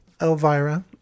Elvira